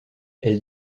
elle